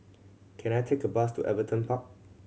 can I take a bus to Everton Park